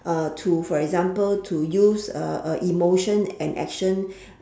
uh to for example to use uh uh emotion and action